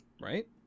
Right